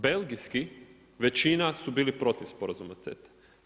Belgijski većina su bili protiv sporazuma CETA-e.